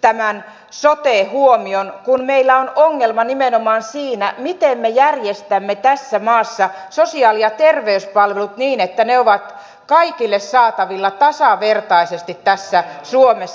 tämän sote huomion kun meillä on ongelma nimenomaan siinä miten me järjestämme tässä maassa sosiaali ja terveyspalvelut niin että ne ovat kaikille saatavilla tasavertaisesti tässä suomessa